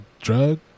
Drug